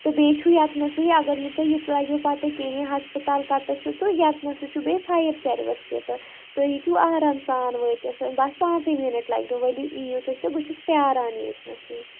تہٕ بیٚیہِ چھُ ییٚتنَسٕے اگر نہٕ تُہۍ یتہِ لَگوٕ پَتہ کینٛہہ یہِ ہَسپَتال کَتَس چھ تہٕ یَتنَس سُہ چھُ بیٚیہِ فایَر سٔروِس تہِ تہٕ تُہۍ ہیٚکِو آرام سان وٲتِتھ بَس پانٛژَے مِنٛٹ لگہِ نو ؤلِو ییِو تُہۍ تہٕ بہٕ چھٮ۪س پیٛاران ییٚتِنَسٕے